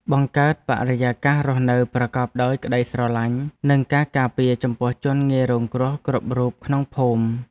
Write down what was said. បង្កើតបរិយាកាសរស់នៅប្រកបដោយក្តីស្រឡាញ់និងការការពារចំពោះជនងាយរងគ្រោះគ្រប់រូបក្នុងភូមិ។